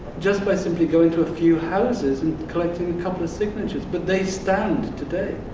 just by simply going to a few houses and collecting a couple of signatures. but they stand today.